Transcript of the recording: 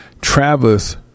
Travis